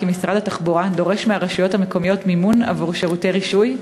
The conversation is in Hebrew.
משרד התחבורה דורש מהרשויות המקומיות מימון עבור שירותי רישוי,